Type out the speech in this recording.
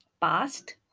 past